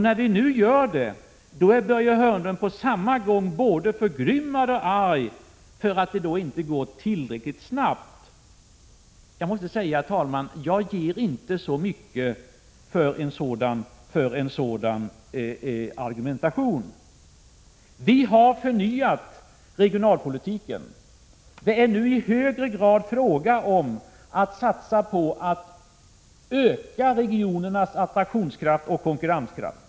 När vi nu tar itu med problemen, då är Börje Hörnlund förgrymmad - ja, arg— för att det inte går tillräckligt snabbt. Jag måste säga, herr talman, att jag inte ger så mycket för en sådan argumentation. Vi har förnyat regionalpolitiken. Det är nu i högre grad fråga om att satsa på att öka regionernas attraktionskraft och konkurrenskraft.